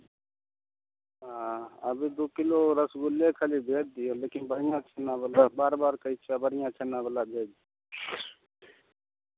हँ अभी दू किलो रसगुल्ले खाली भेज दियौ लेकिन बढ़िआँ छेनावला बार बार कहै छिअह बढ़िआँ छेनावला भेज